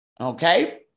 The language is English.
Okay